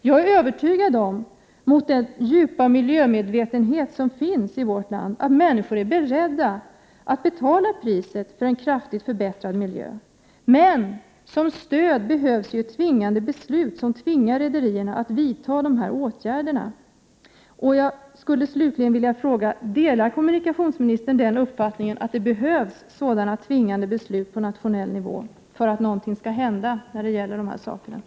Med tanke på den djupa miljömedvetenhet som finns i vårt land är jag emellertid övertygad om att människor är beredda att betala vad det kostar att få en kraftigt förbättrad miljö. Men som stöd behövs det tvingande beslut, beslut som tvingar rederierna att vidta erforderliga åtgärder. Slutligen skulle jag vilja fråga: Delar kommunikationsministern uppfattningen att det behövs tvingande beslut på nationell nivå för att något skall hända i detta sammanhang?